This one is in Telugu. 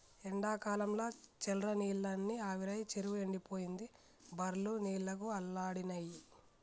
ఎండాకాలంల చెర్ల నీళ్లన్నీ ఆవిరై చెరువు ఎండిపోయింది బర్లు నీళ్లకు అల్లాడినై